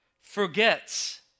forgets